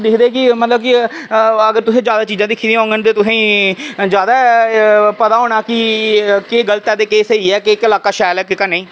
ते ओह् दिक्खदे कि अगर तुसें जादै चीज़ां दिक्खी दियां होङन ते तुसेंई जादै पता होना कि केह् गलत ऐ ते केह् स्हेई ऐ कि केह्का लाका शैल ऐ ते केह्का नेईं